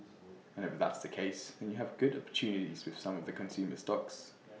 and if that's the case then you have good opportunities with some of the consumer stocks